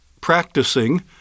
practicing